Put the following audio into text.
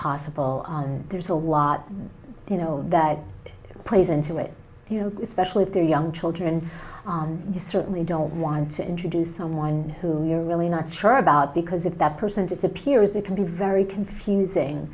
possible and there's a lot you know that plays into it you especially if they're young children you certainly don't want to introduce someone whom you're really not sure about because if that person disappears it can be very confusing